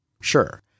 Sure